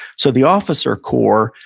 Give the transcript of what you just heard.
so the officer corps,